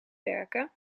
werken